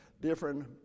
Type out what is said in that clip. Different